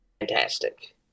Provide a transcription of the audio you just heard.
Fantastic